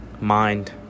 mind